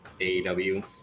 AEW